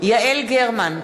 יעל גרמן,